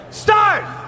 start